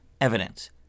evidence